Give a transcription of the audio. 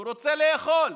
הוא רוצה לאכול,